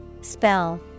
Spell